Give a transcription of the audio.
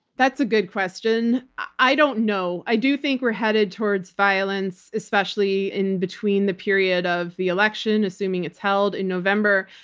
that's a good question. i don't know. i do think we're headed towards violence, especially in between the period of the election, assuming it's held in november,